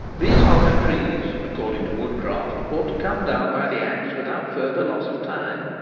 these hollow trees, according to woodcraft, ought to come down by the axe without further loss of time.